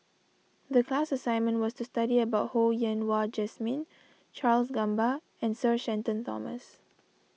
the class assignment was to study about Ho Yen Wah Jesmine Charles Gamba and Sir Shenton Thomas